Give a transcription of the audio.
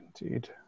Indeed